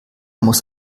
muss